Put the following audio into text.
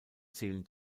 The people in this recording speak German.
zählen